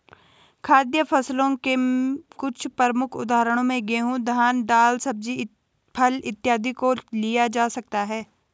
खाद्य फसलों के कुछ प्रमुख उदाहरणों में गेहूं, धान, दाल, सब्जी, फल इत्यादि को लिया जा सकता है